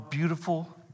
Beautiful